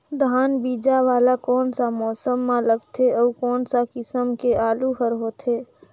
धान बीजा वाला कोन सा मौसम म लगथे अउ कोन सा किसम के आलू हर होथे?